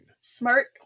Smart